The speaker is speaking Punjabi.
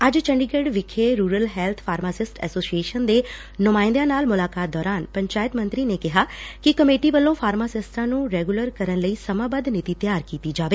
ਅੱਜ ਚੰਡੀਗੜ ਵਿਖੇ ਰੁਰਲ ਹੈਲਥ ਫਾਰਮਾਸਿਸਟ ਐਸੋਸੀਏਸ਼ਨ ਦੇ ਨੁਮਾਇੰਦਿਆਂ ਨਾਲ ਮੁਲਾਕਾਤ ਦੌਰਾਨ ਪੰਚਾਇਤ ਮੰਤਰੀ ਨੇਂ ਕਿਹਾ ੱਕਿ ਕਮੇਟੀ ਵਲੋਂ ਫਾਰਮਾਸਿਸਟਾਂ ਨੂੰ ਰੈਗੂਲਰ ਕਰਨ ਲਈ ਸਮਾਂ ਬੱਧ ਨੀਤੀ ਤਿਆਰ ਕੀਤੀ ਜਾਵੇ